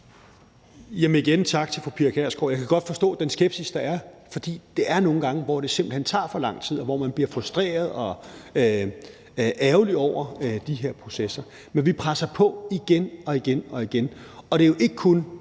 jeg sige tak til fru Pia Kjærsgaard. Jeg kan godt forstå den skepsis, der er, for nogle gange tager det simpelt hen for lang tid, og man bliver frustreret og ærgerlig over de her processer. Men vi presser på igen og igen, og det er jo ikke kun